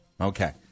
Okay